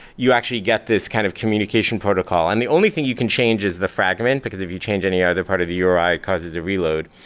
you actually get this kind of communication protocol. and the only thing you can change is the fragment, because if you change any other part of the uri, it causes a reload.